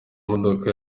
modoka